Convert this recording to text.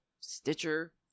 Stitcher